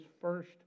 first